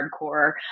hardcore